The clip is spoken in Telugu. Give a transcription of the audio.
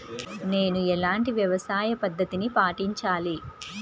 నేను ఎలాంటి వ్యవసాయ పద్ధతిని పాటించాలి?